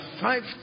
five